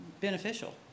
beneficial